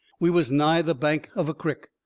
we was nigh the bank of a crick,